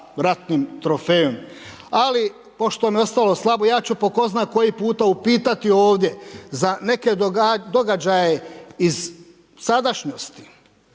ratnim trofejem. Ali pošto mi je ostalo slabo ja ću po tko zna koji puta upitati ovdje za neke događaje iz sadašnjosti.